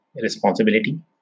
responsibility